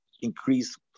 increase